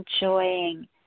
enjoying